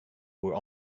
were